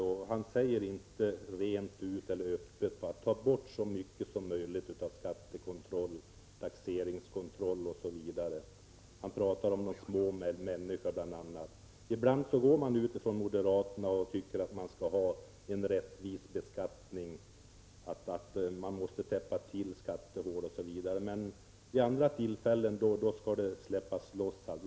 Men han säger inte rent ut och öppet att man skall ta bort så mycket som möjligt av skattekontroll, taxeringskontroll osv. Han talade också om de ”små” människorna. Ibland säger moderaterna att vi skall ha en rättvis beskattning, att det gäller att täppa till skattehål m.m. Men vid andra tillfällen säger man tvärtom.